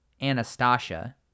Anastasia